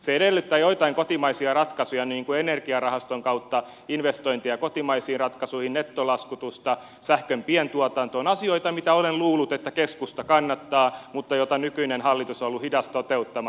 se edellyttää joitain kotimaisia ratkaisuja niin kuin energiarahaston kautta investointeja kotimaisiin ratkaisuihin nettolaskutusta sähkön pientuotantoa asioita joita olen luullut että keskusta kannattaa mutta joita nykyinen hallitus on ollut hidas toteuttamaan